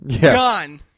gone